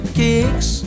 kicks